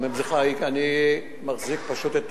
אני מחזיק, פשוט,